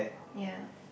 ya